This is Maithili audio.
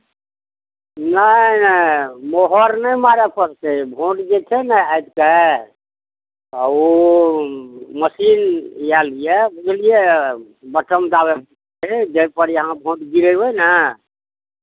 नहि नहि मोहर नहि मारय पड़तै भोट जे छै ने आइ काल्हि ओ मशीन आयल यए बुझलियै बटम दाबय पड़तै जाहिपर अहाँ भोट गिरेबै ने